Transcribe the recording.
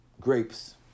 grapes